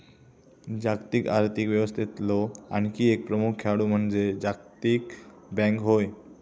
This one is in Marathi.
जागतिक आर्थिक व्यवस्थेतलो आणखी एक प्रमुख खेळाडू म्हणजे जागतिक बँक होय